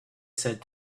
said